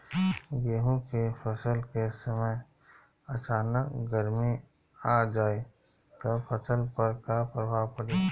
गेहुँ के फसल के समय अचानक गर्मी आ जाई त फसल पर का प्रभाव पड़ी?